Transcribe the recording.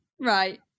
Right